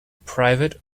private